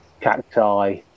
cacti